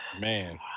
man